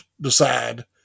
decide